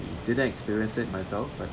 didn't experience it myself but